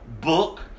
book